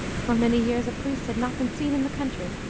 for many years a priest had not been seen in the country,